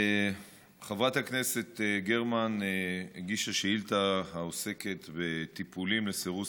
חברת הכנסת גרמן הגישה שאילתה העוסקת בטיפולים לסירוס